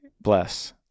bless